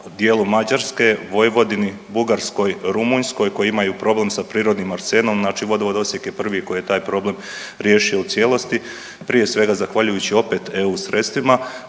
dijelu Mađarske, Vojvodini, Bugarskoj, Rumunjskoj koji imaju problem sa prirodnim arsenom. Znači, vodovod Osijek je prvi koji je taj problem riješio u cijelosti, prije svega zahvaljujući opet EU sredstvima